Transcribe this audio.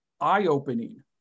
eye-opening